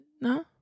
no